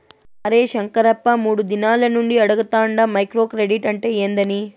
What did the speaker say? అరే శంకరప్ప, మూడు దినాల నుండి అడగతాండ మైక్రో క్రెడిట్ అంటే ఏందని